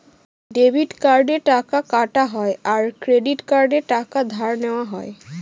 debit কার্ডে টাকা কাটা হয় আর ক্রেডিট কার্ডে টাকা ধার নেওয়া হয়